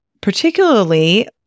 particularly